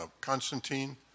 Constantine